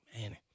Man